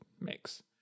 mix